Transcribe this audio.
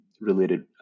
related